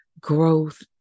growth